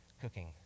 cooking